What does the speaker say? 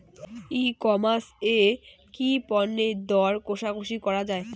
ই commerce এ কি পণ্যের দর কশাকশি করা য়ায়?